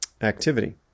activity